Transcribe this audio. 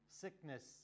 sickness